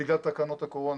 בגלל תקנות הקורונה,